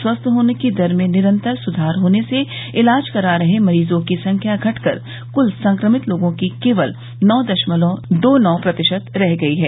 स्वस्थ होने की दर में निरंतर सुधार होने से इलाज करा रहे मरीजों की संख्या घटकर क्ल संक्रमित लोगों की केवल नौ दशमलव दो नौ प्रतिशत रह गई है